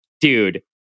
dude